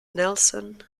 nelson